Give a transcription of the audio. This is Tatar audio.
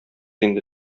инде